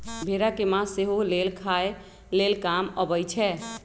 भेड़ा के मास सेहो लेल खाय लेल काम अबइ छै